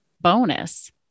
bonus